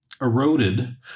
eroded –